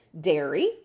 dairy